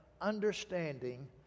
understanding